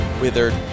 withered